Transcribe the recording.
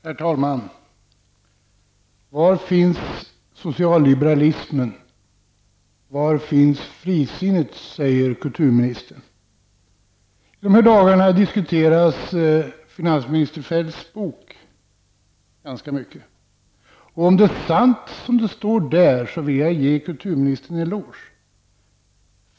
Herr talman! Var finns socialliberalismen? Var finns frisinnet? I dessa dagar diskuteras finansminister Feldts bok mycket. Om det som står i boken är sant vill jag ge kulturministern en eloge.